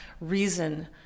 reason